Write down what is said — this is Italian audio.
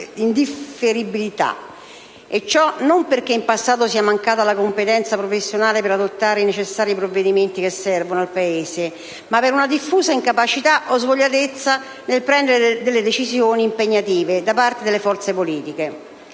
Ciò non perché in passato sia mancata la competenza professionale per adottare i necessari provvedimenti che servono al Paese, ma per una diffusa incapacità - o svogliatezza - nel prendere delle decisioni impegnative da parte delle forze politiche.